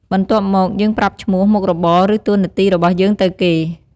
បន្ទាប់មកយើងប្រាប់ឈ្មោះ មុខរបរ ឬតួនាទីរបស់យើងទៅគេ។